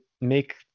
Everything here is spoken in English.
make